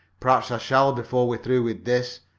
perhaps i shall before we're through with this,